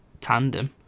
tandem